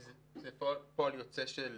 זה פועל יוצא של